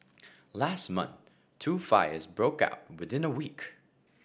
last month two fires broke out within a week